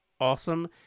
Awesome